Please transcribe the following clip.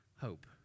hope